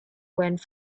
went